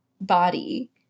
body